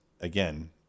again